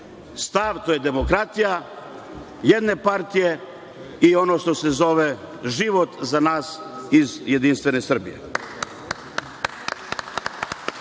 stav. To je demokratija jedne partije i ono što se zove život za nas iz Jedinstvene Srbije. Evo